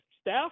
staff